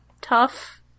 tough